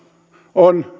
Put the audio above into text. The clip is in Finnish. on